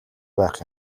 байх